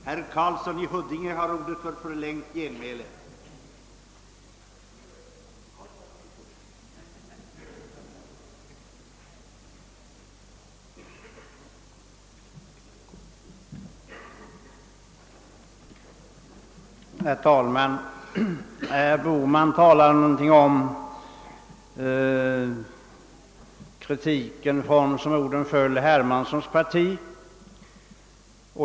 Herr talman! Herr Bohman yttrade någonting om kritiken från — som orden föll — Hermanssons parti.